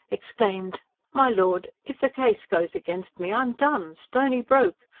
exclaimed my lord, if the case goes against me, i'm done. stony-broke!